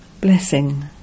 Blessing